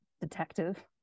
detective